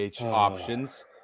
options